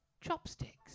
chopsticks